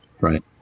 right